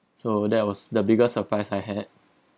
so that was the biggest surprise I had